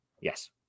yes